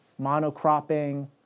monocropping